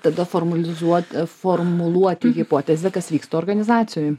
tada formalizuot formuluoti hipotezę kas vyksta organizacijoj